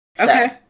Okay